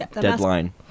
deadline